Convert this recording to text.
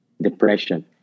Depression